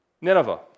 Nineveh